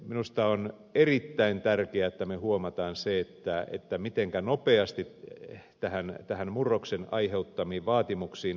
minusta on erittäin tärkeää että me huomaamme sen mitenkä nopeasti tämän murroksen aiheuttamiin vaatimuksiin on pyritty tarttumaan